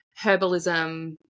herbalism